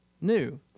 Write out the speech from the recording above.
new